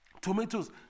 tomatoes